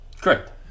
Correct